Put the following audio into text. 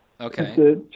Okay